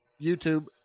YouTube